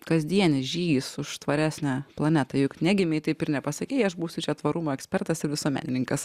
kasdienis žygis už tvaresnę planetą juk negimei taip ir nepasakei aš būsiu čia tvarumo ekspertas ir visuomenininkas